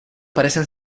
parecen